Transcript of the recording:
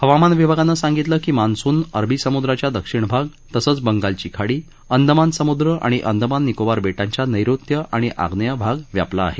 हवामान विभगानं सांगितलं की मान्सूननं अरबी समुद्राच्या दक्षिण भाग तसंच बंगालची खाडी अंदमान समुद्र आणि अंदमान निकोबार बेटांच्या नैऋत्य आणि आग्नेय आग व्यापला आहे